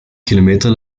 kilometer